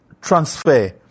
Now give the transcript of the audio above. transfer